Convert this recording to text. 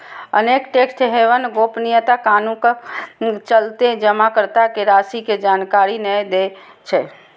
अनेक tax haven गोपनीयता कानूनक चलते जमाकर्ता के राशि के जानकारी नै दै छै